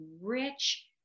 rich